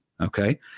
Okay